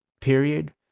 period